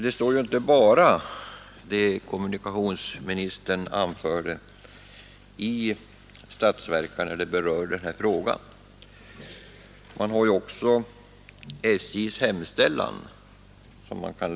Men det som kommunikationsministern återgav är inte det enda som anförs om detta i statsverkspropositionen.